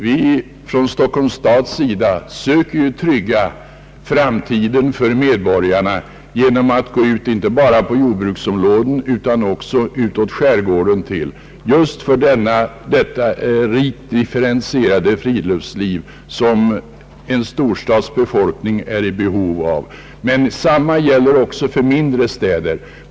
Vi från Stockholms stads sida söker trygga framtiden för medborgarna genom att gå ut inte bara i jordbruksområdena utan också utåt skärgården till för att köpa mark just med tanke på det rikt differentierade friluftsliv som en storstadsbefolkning är i behov av. Samma sak gäller också mindre städer.